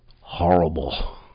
Horrible